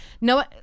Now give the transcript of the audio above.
no